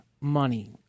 money